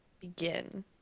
begin